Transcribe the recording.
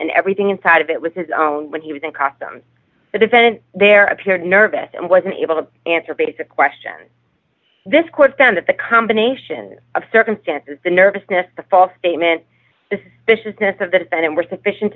and everything inside of it was his when he was in costume the defendant there appeared nervous and was unable to answer basic question this court found that the combination of circumstances the nervousness the false statement viciousness of the defendant were sufficient